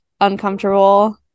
uncomfortable